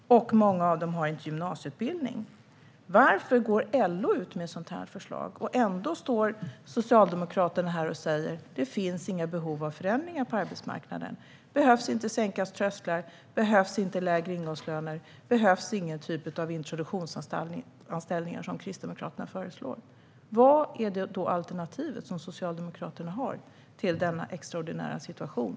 Många av dem har inte gymnasieutbildning. Varför går LO ut med ett sådant här förslag, tror Helén Pettersson? Ändå står Socialdemokraterna här och säger att det inte finns behov av förändringar på arbetsmarknaden, att trösklarna inte behöver sänkas, att det inte behövs lägre ingångslöner och att det inte behövs någon typ av introduktionsanställningar, som Kristdemokraterna föreslår. Vilket är då det alternativ Socialdemokraterna har när vi nu står inför en extraordinär situation?